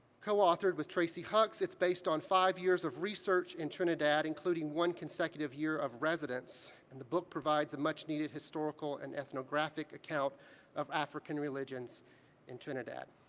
co-authored with tracy hucks, it's based on five years of research in trinidad, including one consecutive year of residence and the book provides a much-needed historical and ethnographic account of african religions in trinidad.